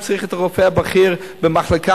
אם צריך את הרופא הבכיר במחלקה,